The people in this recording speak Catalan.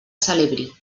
celebri